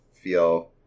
feel